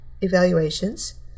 evaluations